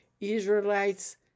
Israelites